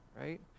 right